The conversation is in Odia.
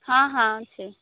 ହଁ ହଁ ଅଛି